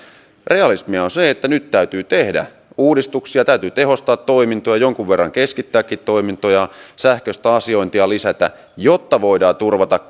realismia on se että nyt täytyy tehdä uudistuksia täytyy tehostaa toimintoja jonkun verran keskittääkin toimintoja sähköistä asiointia lisätä jotta voidaan turvata